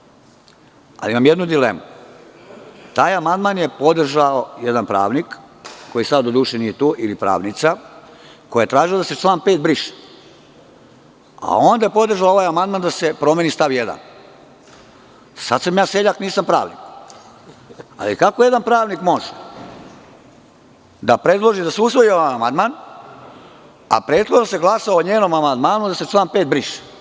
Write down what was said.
Imam jednu dilemu, taj amandman je podržao jedan pravnik, koji sada doduše nije tu ili pravnica, koja je tražila da se član 5. briše, a onda je podržala ovaj amandman da se promeni stav 1. Sada sam ja seljak, nisam pravnik, ali kako jedan pravnik može da predloži da se usvoji ovaj amandman, a prethodno da se glasa o amandmanu da se član 5. briše.